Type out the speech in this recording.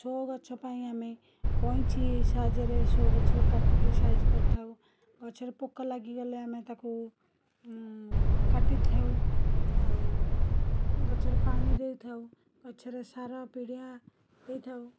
show ଗଛ ପାଇଁ ଆମେ କଇଁଚି ସାହାଯ୍ୟରେ ସୋ ଗଛକୁ କାଟିକି ସାଇଜ କରିଥାଉ ଗଛରେ ପୋକ ଲାଗିଗଲେ ଆମେ ତାକୁ କାଟିଥାଉ ଆଉ ଗଛରେ ପାଣିଦେଇଥାଉ ଗଛରେ ସାର ପିଡ଼ିଆ ଦେଇଥାଉ